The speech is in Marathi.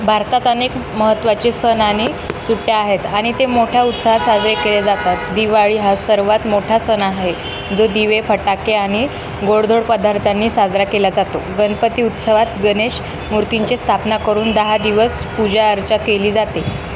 भारतात अनेक महत्त्वाचे सण आणि सुट्ट्या आहेत आणि ते मोठ्या उत्साहात साजरे केले जातात दिवाळी हा सर्वात मोठा सण आहे जो दिवे फटाके आणि गोडधोड पदार्थांनी साजरा केला जातो गणपती उत्सवात गणेश मूर्तींची स्थापना करून दहा दिवस पूजा अर्चा केली जाते